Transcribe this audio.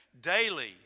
Daily